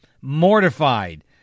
mortified